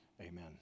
Amen